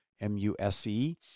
M-U-S-E